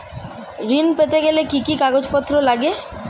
ঋণ পেতে গেলে কি কি কাগজপত্র লাগে?